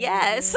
Yes